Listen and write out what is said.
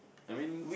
I mean